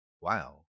wow